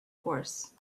course